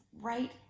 right